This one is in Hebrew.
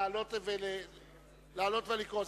לעלות ולקרוא.